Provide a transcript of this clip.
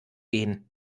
gehen